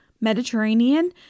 Mediterranean